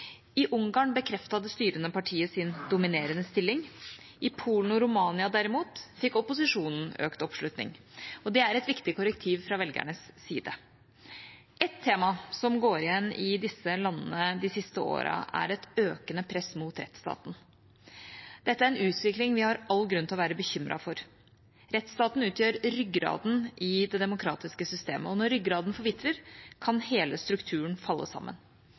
I Ungarn bekreftet det styrende partiet sin dominerende stilling. I Polen og Romania, derimot, fikk opposisjonen økt oppslutning, og det er et viktig korrektiv fra velgernes side. Et tema som har gått igjen i disse landene de siste årene, er et økende press på rettsstaten. Dette er en utvikling vi har all grunn til å være bekymret for. Rettsstaten utgjør ryggraden i det demokratiske systemet, og når ryggraden forvitrer, kan hele strukturen falle sammen.